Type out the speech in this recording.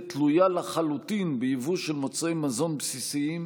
תלויה לחלוטין ביבוא של מוצרי מזון בסיסיים,